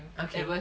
okay